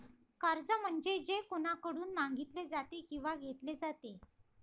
कर्ज म्हणजे जे कोणाकडून मागितले जाते किंवा घेतले जाते